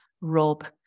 Rob